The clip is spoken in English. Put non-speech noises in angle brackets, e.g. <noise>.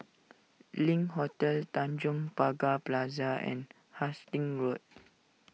Link Hotel Tanjong Pagar Plaza and Hastings Road <noise>